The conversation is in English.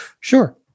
sure